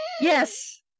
yes